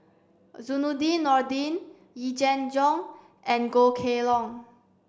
Zainudin Nordin Yee Jenn Jong and Goh Kheng Long